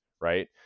right